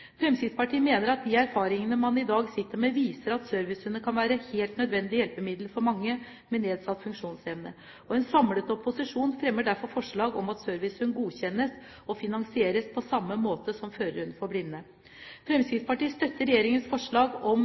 Fremskrittspartiet mener at de erfaringene man i dag sitter med, viser at servicehunder kan være et helt nødvendig hjelpemiddel for mange med nedsatt funksjonsevne. En samlet opposisjon fremmer derfor forslag om at servicehund godkjennes og finansieres på samme måte som førerhund for blinde. Fremskrittspartiet støtter regjeringens forslag om